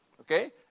Okay